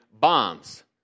bombs